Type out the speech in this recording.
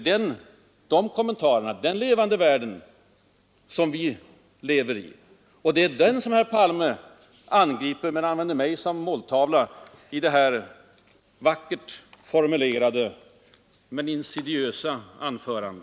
Det är den levande värld som vi lever i, och det är den som herr Palme angriper. Men han använder mig som måltavla i sitt vackert formulerade men insidiösa anförande.